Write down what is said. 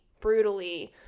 brutally